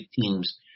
teams